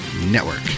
network